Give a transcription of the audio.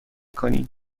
کنی